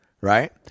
right